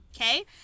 okay